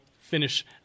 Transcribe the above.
finish